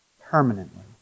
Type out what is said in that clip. permanently